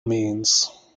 means